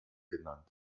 genannt